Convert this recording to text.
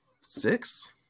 six